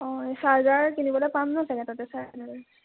অঁ এই চাৰ্জাৰ কিনিবলৈ পাম ন তাতে চাগৈ তাতে চাৰ্জাৰডাল